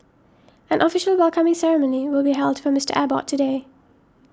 an official welcoming ceremony will be held for Mister Abbott today